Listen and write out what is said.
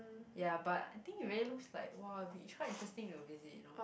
ya but I think it really looks like !wah! beach quite interesting to visit you know